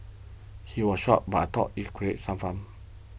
he was shocked but I thought if create some fun